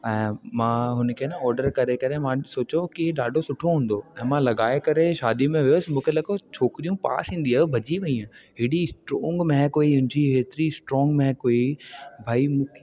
ऐं मां हुनखे ऑडर करे करे मां सोचियो कि ॾाढो सुठो हूंदो ऐं मां लॻाए करे शादी में वियो हुअसि मूंखे लॻो छोकिरियूं पास ईंदियूं पर भॼी वयूं हेॾी स्ट्रोंग महक हुई हुनजी एतिरी स्ट्रोंग महक हुई भई